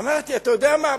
ואמרתי: אתה יודע מה,